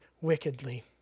wickedly